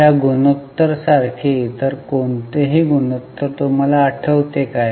या गुणोत्तर सारखे इतर कोणतेही गुणोत्तर तुम्हाला आठवते काय